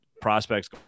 prospects